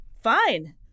fine